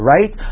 Right